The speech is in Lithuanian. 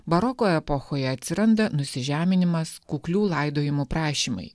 baroko epochoje atsiranda nusižeminimas kuklių laidojimų prašymai